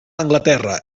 anglaterra